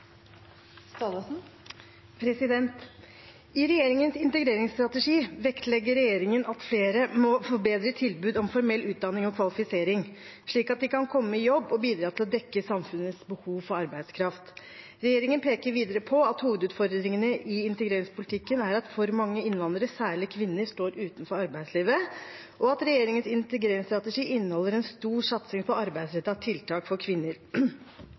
I regjeringens integreringsstrategi vektlegger man at flere må få bedre tilbud om formell utdanning og kvalifisering, slik at de kan komme i jobb og bidra til å dekke samfunnets behov for arbeidskraft. Regjeringen peker videre på at hovedutfordringene i integreringspolitikken er at for mange innvandrere, særlige kvinnene, står utenfor arbeidslivet, og at regjeringens integreringsstrategi inneholder en stor satsing på arbeidsrettede tiltak for kvinner.